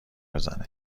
بزنه